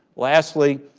lastly,